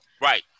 Right